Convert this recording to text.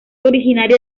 originaria